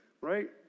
right